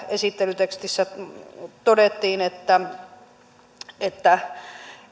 esittelytekstissä todettiin että että